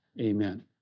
Amen